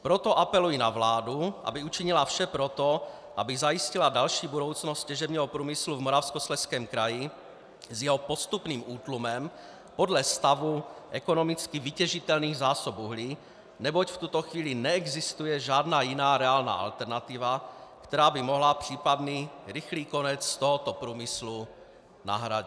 Proto apeluji na vládu, aby učinila vše pro to, aby zajistila další budoucnost těžebního průmyslu v Moravskoslezském kraji s jeho postupným útlumem podle stavu ekonomicky vytěžitelných zásob uhlí, neboť v tuto chvíli neexistuje žádná jiná reálná alternativa, která by mohla případný rychlý konec tohoto průmyslu nahradit.